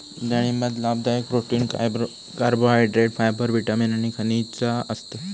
डाळिंबात लाभदायक protein, carbohydrate, fibre, vitamin आणि खनिजा असतत